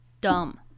dumb